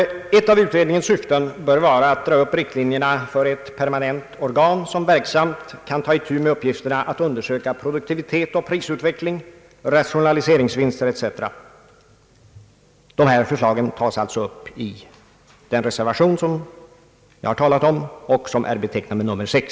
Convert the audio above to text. Ett av utredningens syften bör vara att dra upp riktlinjerna för ett permanent verksamt organ med uppgift att undersöka produktivitets De här förslagen tas alltså upp i den reservation som är betecknad med nr 6.